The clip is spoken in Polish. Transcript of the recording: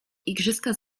igrzyska